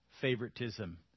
favoritism